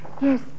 Yes